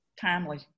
timely